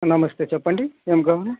నమస్తే చెప్పండి ఏమి కావాలి